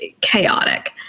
chaotic